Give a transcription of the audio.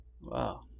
Wow